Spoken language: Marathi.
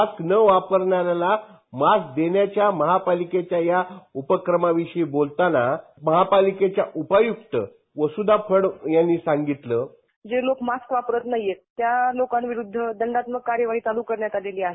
मास्क न वापरणाऱ्याला मास्क देण्याच्या महापालिकेच्या या उपक्रमाविषयी बोलताना महापालिकेच्या उपायुक्त वसूधा फड यांनी सांगितलं जे लोक मास्क वापरत नाहीयेत त्या लोकांविरूध्द दंडात्मक कार्यवाही चालू करण्यात आलेली आहे